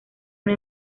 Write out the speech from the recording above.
una